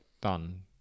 done